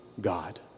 God